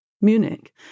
Munich